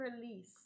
release